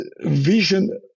vision